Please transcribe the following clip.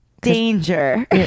Danger